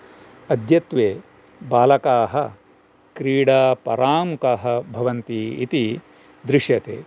अद्यत्वे बालकाः क्रीडापराङ्मुखाः भवन्ति इति दृश्यते